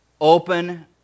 open